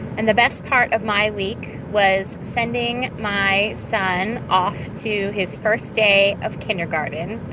and the best part of my week was sending my son off to his first day of kindergarten.